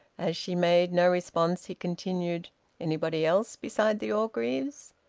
as she made no response, he continued anybody else besides the orgreaves?